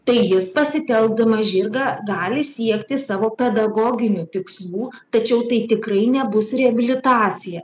tai jis pasitelkdamas žirgą gali siekti savo pedagoginių tikslų tačiau tai tikrai nebus reabilitacija